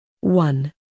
one